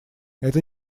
это